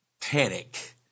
panic